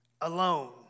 Alone